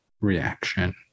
reaction